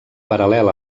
paral·lel